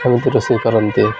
କେମିତି ରୋଷେଇ କରନ୍ତି